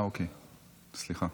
סליחה,